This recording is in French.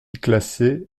classé